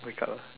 wake up